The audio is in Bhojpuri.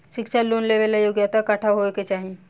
शिक्षा लोन लेवेला योग्यता कट्ठा होए के चाहीं?